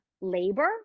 labor